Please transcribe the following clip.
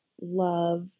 love